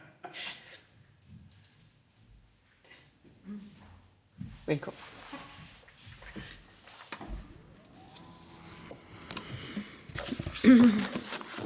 hvad er der